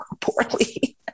poorly